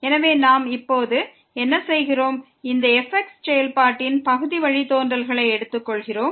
எனவே நாம் இப்போது என்ன செய்கிறோம் என்றால் இந்த fx செயல்பாட்டின் பகுதி வழித்தோன்றல்களை எடுத்துக்கொள்கிறோம்